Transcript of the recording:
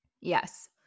Yes